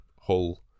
Hull